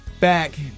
back